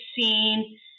seen